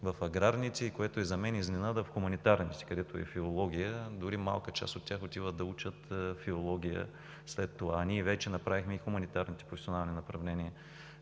в аграрните, и което за мен е изненада – в хуманитарните, където е филологията, дори малка част от тях отиват да учат филология след това. Ние вече направихме приоритетни и хуманитарните професионални направления,